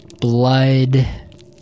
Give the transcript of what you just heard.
blood